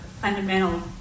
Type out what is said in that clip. fundamental